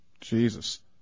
Jesus